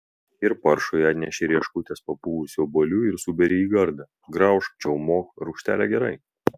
ir paršui atneši rieškutes papuvusių obuolių ir suberi į gardą graužk čiaumok rūgštelė gerai